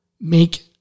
make